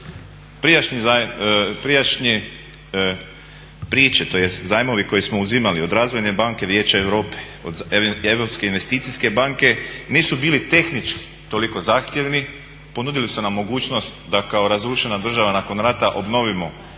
prijašnje priče tj. zajmovi koje smo uzimali od Razvojne banke Vijeća Europe, od EIB-a nisu bili tehnički toliko zahtjevni, ponudili su nam mogućnost da kao razrušena država nakon rata obnovimo